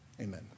Amen